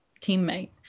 teammate